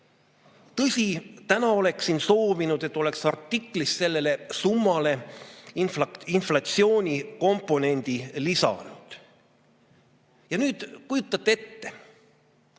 Tõsi, täna ma soovin, et oleksin artiklis sellele summale inflatsioonikomponendi lisanud. Aga nüüd kujutage ette: